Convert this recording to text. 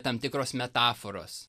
tam tikros metaforos